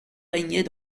régnait